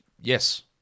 yes